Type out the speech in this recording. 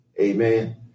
Amen